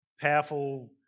powerful